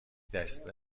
دسته